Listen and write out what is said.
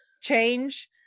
change